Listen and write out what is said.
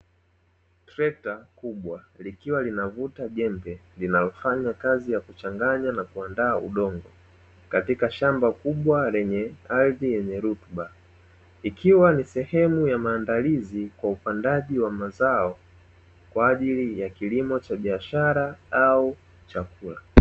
Trekta kubwa likiwa linavuta jembe linalofanya kazi ya kuchanganya na kuandaa udongo katika shamba kubwa lenye ardhi yenye rutuba, ikiwa ni sehemu ya maandalizi kwa upandaji wa mazao, kwa ajili ya kilimo cha biashara au chakula.